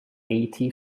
eighty